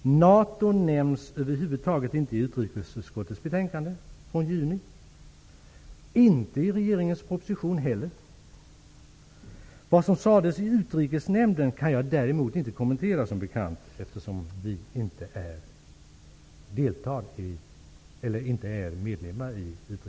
NATO nämns över huvud taget inte i utrikesutskottets betänkande från juni, inte heller i regeringens proposition. Vad som sades i Utrikesnämnden kan jag däremot inte kommentera, som bekant, eftersom Vänsterpartiet inte är representerat där.